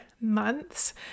months